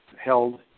held